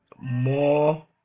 more